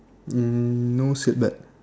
um no seatbelt